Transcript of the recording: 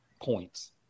points